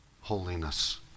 holiness